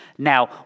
Now